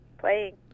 playing